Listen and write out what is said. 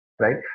right